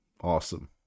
awesome